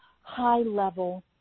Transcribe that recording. high-level